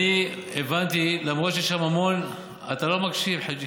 אני הבנתי, למרות שיש שם המון, אתה לא מקשיב, חאג'